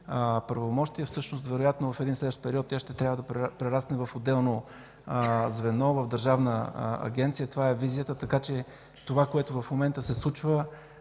Всъщност вероятно в един следващ период тя ще трябва да прерасне в отделно звено, в държавна агенция. Това е визията. Така че това, което в момента се случва,